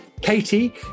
Katie